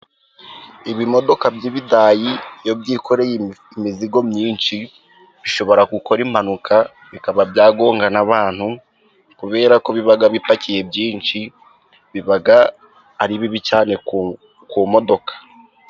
Ibimodoka by'ibidayi iyo byikoreye imizigo myinshi, bishobora gukora impanuka bikaba byagonga n'abantu, kubera ko biba bipakiye byinshi, biba ari bibi cyane ku modoka.